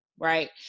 Right